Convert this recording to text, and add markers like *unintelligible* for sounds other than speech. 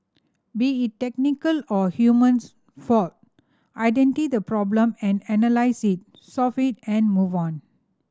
be it technical or humans fault *unintelligible* the problem and analyse it solve it and move on